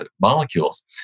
Molecules